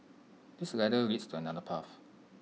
this ladder leads to another path